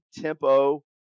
tempo